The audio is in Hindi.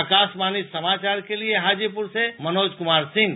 आकाशवाणी समाचार के लिए हाजीपुर से मनोज कुमार सिंह